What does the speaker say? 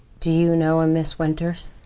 do you know a miss winters?